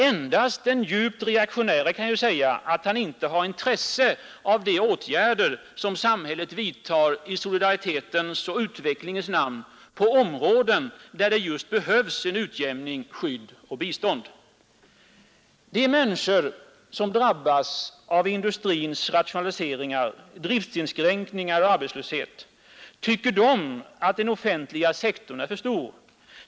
Endast den djupt reaktionäre kan säga att han inte har intresse av de åtgärder som samhället vidtar i solidaritetens och utvecklingens namn, på områden där det behövs utjämning, skydd och bistånd. De människor som drabbas av industrins rationaliseringar, driftsinskränkningar och arbetslöshet, tycker de att den offentliga sektorn är för stor?